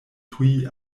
tuj